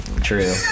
true